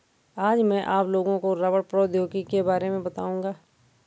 आज मैं आप लोगों को रबड़ प्रौद्योगिकी के बारे में बताउंगा